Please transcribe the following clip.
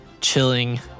chilling